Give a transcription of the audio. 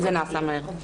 זה נעשה מהר.